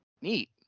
Neat